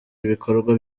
ibikorwa